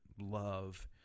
love